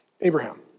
Abraham